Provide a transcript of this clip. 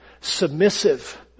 submissive